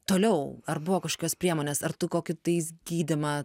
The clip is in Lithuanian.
toliau ar buvo kažkokios priemonės ar tu kokį tais gydymą